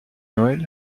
noël